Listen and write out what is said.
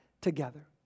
together